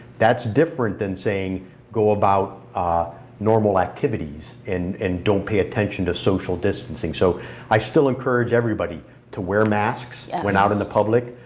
that's different than saying go about normal activities and and don't pay attention to social distancing. so i still encourage everybody to wear masks when out in the public,